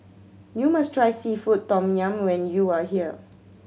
you must try seafood tom yum when you are here